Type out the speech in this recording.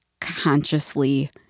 consciously